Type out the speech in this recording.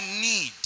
need